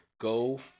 Go